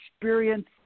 experience